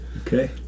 Okay